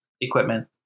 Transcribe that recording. equipment